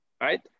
right